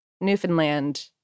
Newfoundland